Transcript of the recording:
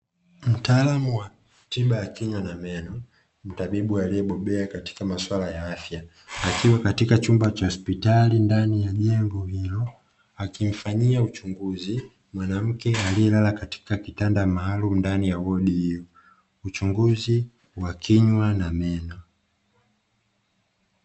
Mtaalamu wa tiba ya kinywa na meno mtabibu aliyebobea katika maswala ya afya akiwa katika chumba cha hospitali ndani ya jengo hilo, akimfanyia uchunguzi mwanamke aliye lala katika kitanda maalumu ndani ya wodi hiyo, uchunguzi wa kinywa na meno.